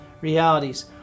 realities